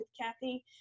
kathy